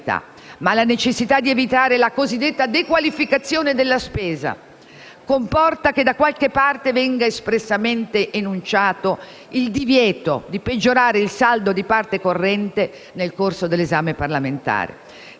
la necessità di evitare la cosiddetta dequalificazione della spesa comporta che da qualche parte venga espressamente enunciato il divieto di peggiorare il saldo di parte corrente nel corso dell'esame parlamentare.